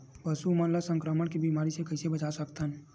पशु मन ला संक्रमण के बीमारी से कइसे बचा सकथन?